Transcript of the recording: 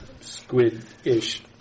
squid-ish